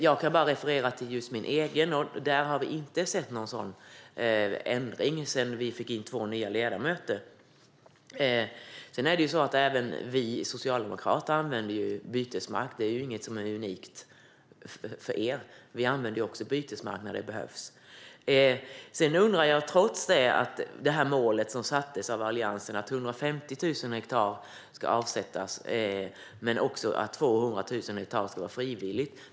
Jag kan bara referera till min egen, och där har vi inte sett någon sådan ändring sedan vi fick två nya ledamöter. Även vi socialdemokrater använder ju bytesmark när det behövs. Det är inget som är unikt för er. Alliansen satte upp som mål att 150 000 hektar ska avsättas men att 200 000 hektar ska vara frivilligt.